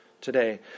today